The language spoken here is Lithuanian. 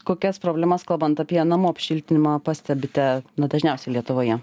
kokias problemas kalbant apie namų apšiltinimą pastebite na dažniausiai lietuvoje